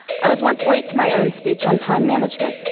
i was once late to my own speech on time management.